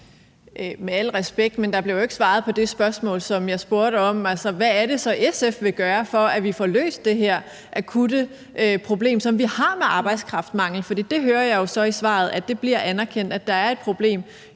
Med al respekt: Der blev jo ikke svaret på det spørgsmål, som jeg stillede. Hvad er det, SF vil gøre for, at vi får løst det her akutte problem, som vi har, med arbejdskraftmangel? For jeg hører jo i svaret, at det bliver anerkendt, at der er et problem